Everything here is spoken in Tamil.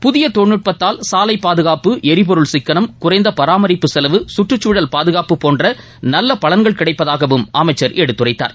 புதிய தொழில்நுட்பத்தால் சாலை பாதுகாப்பு எரிபொருள் சிக்களம் குறைந்த பராமரிப்பு செலவு சுற்றுச்சூழல் பாதுகாப்பு போன்ற நல்ல பலன்கள் கிடைப்பதாகவும் அமைச்சர் எடுத்துரைத்தார்